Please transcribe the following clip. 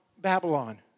Babylon